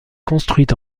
construites